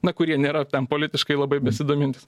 na kurie nėra ten politiškai labai besidomintys